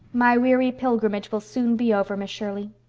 my weary pilgrimage will soon be over, miss shirley.